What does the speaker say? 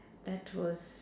that was